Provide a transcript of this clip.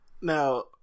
Now